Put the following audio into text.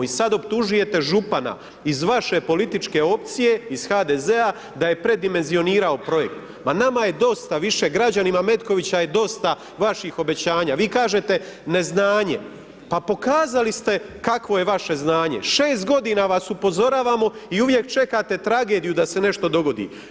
I sad optužujete župana iz vaše političke opcije iz HDZ-a da je predimenzionirao projekt, ma nama je dosta više, građanima Metkovića je dosta vaših obećanja, vi kažete neznanje, pa pokazali ste kakvo je vaše znanje, šest godina vas upozoravamo i uvijek čekate tragediju da se nešto dogodi.